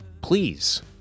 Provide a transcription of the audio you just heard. Please